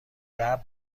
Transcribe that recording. درد